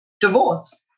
Divorce